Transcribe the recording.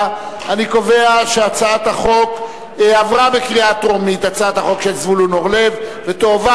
אבקסיס, עברה בקריאה טרומית ותועבר